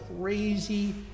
crazy